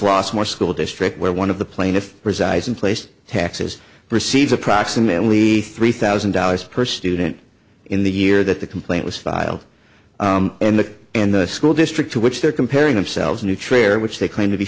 frost more school district where one of the plaintiff resides in place taxes receives approximately three thousand dollars per student in the year that the complaint was filed and the and the school district to which they're comparing themselves a new trailer which they claim to be